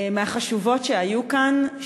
מהחשובות שהיו כאן,